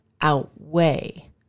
outweigh